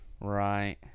Right